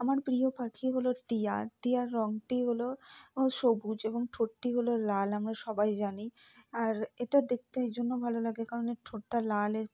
আমার প্রিয় পাখি হল টিয়া টিয়ার রংটি হল সবুজ এবং ঠোঁটটি হল লাল আমরা সবাই জানি আর এটা দেখতে এই জন্য ভালো লাগে কারণ এর ঠোঁটটা লাল এর